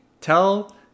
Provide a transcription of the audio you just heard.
tell